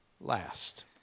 last